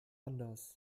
anders